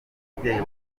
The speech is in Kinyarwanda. umubyeyi